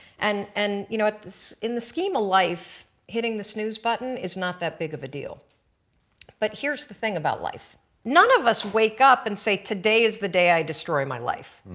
and and you know ah in the scheme of life hitting the snooze button is not that big of a deal but here is the thing about life none of us wake up and say, today is the day i destroy my life.